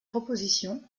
propositions